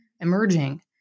emerging